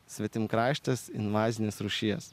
svetimkraštis invazinės rūšies